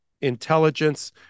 intelligence